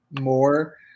more